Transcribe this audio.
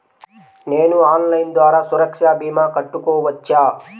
నేను ఆన్లైన్ ద్వారా సురక్ష భీమా కట్టుకోవచ్చా?